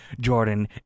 Jordan